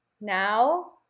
now